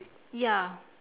ya